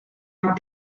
are